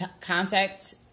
contact